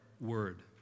word